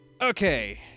Okay